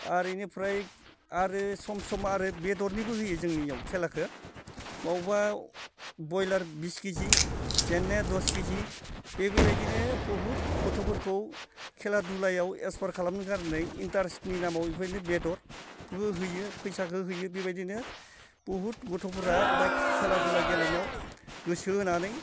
आर इनिफ्राय आरो सम सम आरो बेदरनिबो आरो होयो जोंनियाव खेलाखो मवबा ब्रइलार बिस केजि जेननाया दस केजि बे बेबायदिनो बुहुद गथ'फोरखौ खेला धुलायाव एक्सपार्ट खालामनो कारने इन्ट्रेसनि नामाव इफोरबादिनो बेदरबो होयो फैसाबो होयो बेबायदिनो बुहुद गथ'फोरा दा खेला धुला गेलेनायाव गोसो होनानै